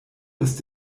ist